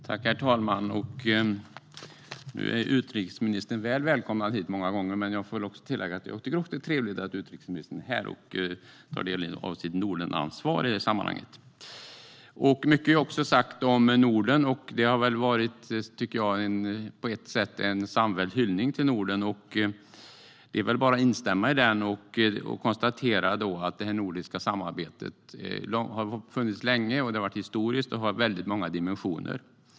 Herr talman! Utrikesministern har blivit välkomnad hit många gånger, men jag vill ändå tillägga att även jag tycker att det är trevligt att utrikesministern är här och tar del av sitt Nordenansvar. Mycket är också sagt om Norden. Det har på ett sätt varit en samfälld hyllning till Norden, och det är väl bara att instämma i den och konstatera att det nordiska samarbetet är historiskt. Det har funnits länge och har väldigt många dimensioner.